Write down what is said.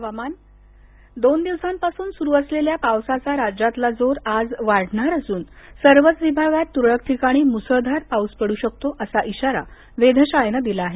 हवामान् दोन दिवसांपासून सुरू असलेल्या पावसाचा राज्यातला जोर आज वाढणार असून सर्वच विभागात तुरळक ठिकाणी मुसळधार पाऊस पडू शकतो असा धिारा वेधशाळेनं दिला आहे